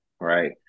right